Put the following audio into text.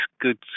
good